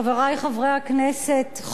חברי חברי הכנסת,